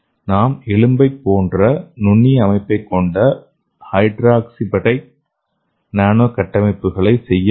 நாம் எலும்பைப் போன்ற நுண்ணிய அமைப்பைக் கொண்ட ஹைட்ராக்ஸிபடைட் நானோ கட்டமைப்புகளை செய்ய முடியும்